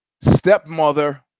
stepmother